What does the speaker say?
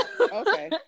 Okay